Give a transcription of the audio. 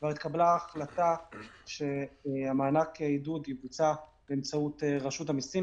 כבר התקבלה החלטה שמענק העידוד יבוצע באמצעות רשות המיסים,